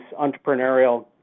entrepreneurial